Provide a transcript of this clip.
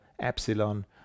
Epsilon